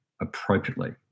appropriately